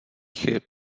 chyb